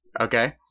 okay